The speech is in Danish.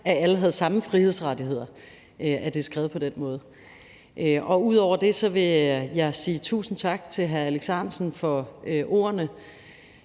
at alle har de samme frihedsrettigheder, at det er skrevet på den måde. Ud over det vil jeg sige tusind tak til hr. Alex Ahrendtsen for ordene.